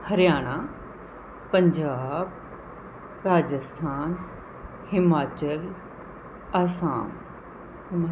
Haryana Punjab Rajasthan Himachal Assam